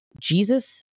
Jesus